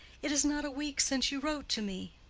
it is not a week since you wrote to me.